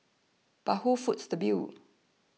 but who foots the bill